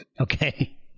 Okay